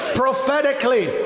prophetically